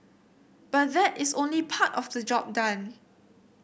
but that is only part of the job done